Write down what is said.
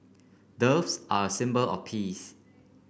doves are a symbol of peace